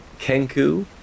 Kenku